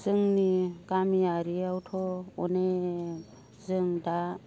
जोंनि गामियारियावथ' अनेख जों दा